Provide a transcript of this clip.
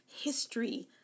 history